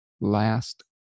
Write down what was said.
last